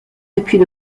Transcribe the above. depuis